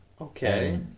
Okay